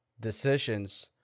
decisions